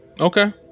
Okay